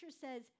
says